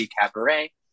Cabaret